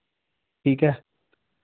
ठीक ऐ